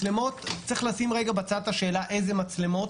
צריך לרגע לשים בצד את השאלה איזה מצלמות